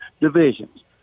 divisions